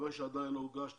כיוון שעדיין לא הוגש תקציב,